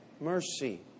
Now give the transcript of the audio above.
mercy